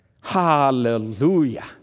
Hallelujah